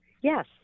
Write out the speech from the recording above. Yes